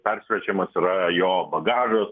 peršviečiamas yra jo bagažas